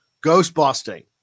Ghostbusting